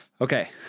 Okay